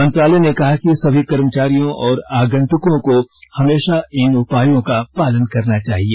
मंत्रालय ने कहा कि सभी कर्मचारियों और आगंतुकों को हमेशा इन उपायों का पालन करना चाहिए